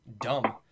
dumb